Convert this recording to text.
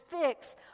fix